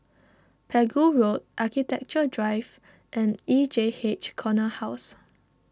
Pegu Road Architecture Drive and E J H Corner House